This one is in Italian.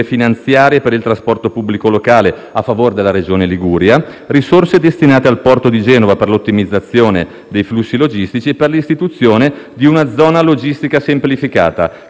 finanziarie per il trasporto pubblico locale a favore della Regione Liguria, risorse destinate al porto di Genova per l'ottimizzazione dei flussi logistici e per l'istituzione di una zona logistica semplificata,